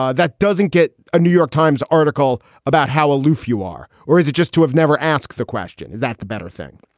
ah that doesn't get a new york times article about how aloof you are. or is it just to have never asked the question? is that the better thing?